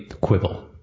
quibble